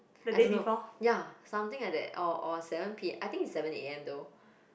I don't know ya something like that or or seven P I think is seven A_M though